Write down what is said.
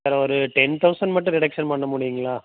sir ஒரு ten thousand மட்டும் reduction பண்ண முடியுங்களா